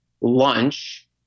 lunch